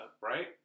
right